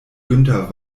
günther